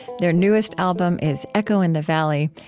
their newest album is echo in the valley.